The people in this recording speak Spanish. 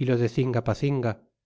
y lo de cingapacinga